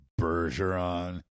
Bergeron